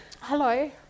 Hello